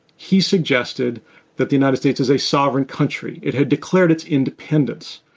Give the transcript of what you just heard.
he suggested that the united states is a sovereign country. it had declared its independence,